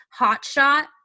Hotshot